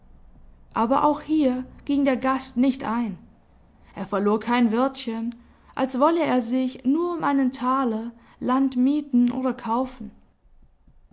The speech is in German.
aber auch hier ging der gast nicht ein er verlor kein wörtchen als wolle er sich nur um einen taler land mieten oder kaufen